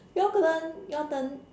your turn your turn